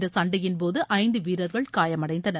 இந்த சண்டையின்போது ஐந்து வீரர்கள் காயமடைந்தனர்